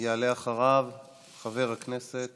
יעלה אחריו חבר הכנסת